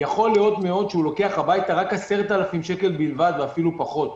יכול מאוד להיות שהוא לוקח הביתה רק 10,000 שקל בלבד ואפילו פחות.